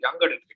younger